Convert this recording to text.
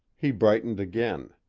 he brightened again.